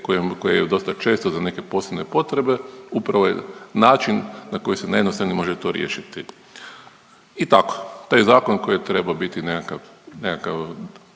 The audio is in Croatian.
koje je dosta često za neke posebne potrebe upravo je način na koji se najjednostavnije može to riješiti. I tako. Taj zakon koji je trebao biti nekakav